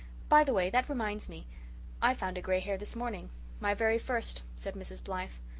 by the way, that reminds me i found a grey hair this morning my very first, said mrs. blythe.